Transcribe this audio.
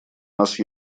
нас